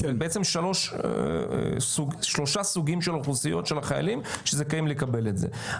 אז בעצם שלושה סוגים של אוכלוסיות של החיילים שזכאים לקבל את זה.